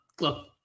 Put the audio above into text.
Look